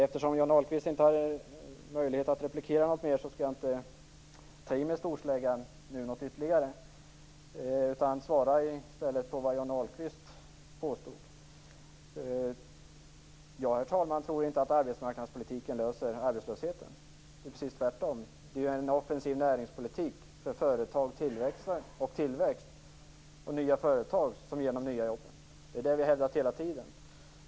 Eftersom Johnny Ahlqvist inte har möjlighet att replikera mer skall jag inte ta i med storsläggan ytterligare, utan i stället bemöta det Johnny Ahlqvist påstod. Jag, herr talman, tror inte att arbetsmarknadspolitiken löser arbetslöshetsproblemen. Det är precis tvärtom. Det är en offensiv näringspolitik för nya företag och tillväxt som ger de nya jobben. Det är det vi har hävdat hela tiden.